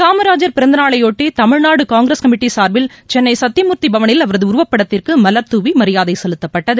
காமராஜர் பிறந்தநாளையொட்டி தமிழ்நாடு காங்கிரஸ் கமிட்டி சார்பில் சென்னை சத்தியமூர்த்தி பவனில் அவரது உருவப்படத்திற்கு மலர் தூவி மரியாதை செலுத்தப்பட்டது